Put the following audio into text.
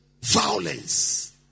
violence